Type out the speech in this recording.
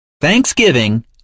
Thanksgiving